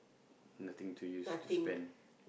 nothing to use to spend